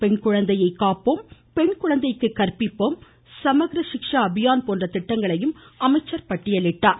பெண் குழந்தையை காப்போம் பெண் குழந்தைக்கு கந்பிப்போம் சமஹ்ர சிக்ஷா அபியான் போன்ற திட்டங்களையும் அமைச்சர் பட்டியலிட்டார்